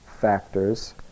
factors